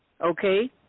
okay